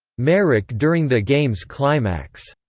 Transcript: merrick during the game's climax